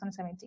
2017